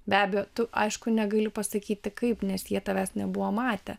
be abejo tu aišku negali pasakyti kaip nes jie tavęs nebuvo matę